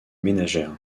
ménagères